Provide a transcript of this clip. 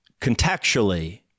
contextually